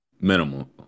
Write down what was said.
minimal